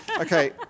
Okay